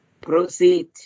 Proceed